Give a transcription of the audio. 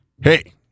hey